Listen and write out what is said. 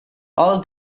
all